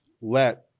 let